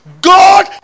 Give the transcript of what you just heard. God